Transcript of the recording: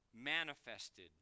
manifested